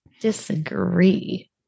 disagree